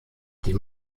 die